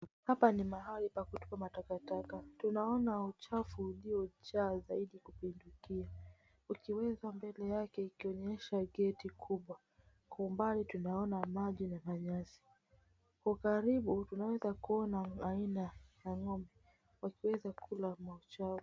Hapa ni mahali pa kutupa matakataka. Tunaona uchafu ukiwa umejaa zaidi kupindukia. Ukiweza mbele yake ikionyesha geti kubwa. Kwa mbali tunaona maji na manyasi. Kwa karibu tunaweza kuona aina ya ng'ombe wakiweza kula mauchafu.